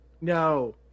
No